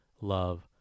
love